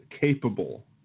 capable